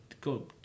go